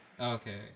Okay